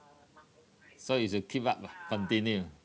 so is to keep up uh continue